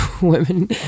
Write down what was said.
women